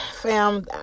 Fam